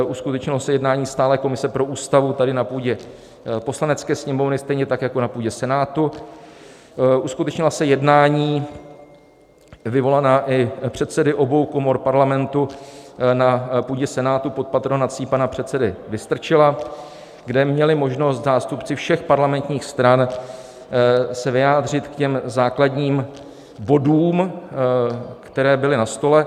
Uskutečnilo se jednání Stálé komise pro Ústavu tady na půdě poslanecké sněmovny, stejně tak jako na půdě Senátu, uskutečnila se jednání vyvolaná i předsedy obou komor Parlamentu na půdě Senátu pod patronací pana předsedy Vystrčila, kde měli možnost zástupci všech parlamentních stran se vyjádřit k těm základním bodům, které byly na stole.